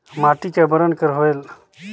माटी का बरन कर होयल?